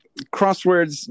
crosswords